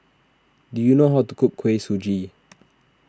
do you know how to cook Kuih Suji